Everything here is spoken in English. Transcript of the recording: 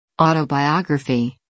autobiography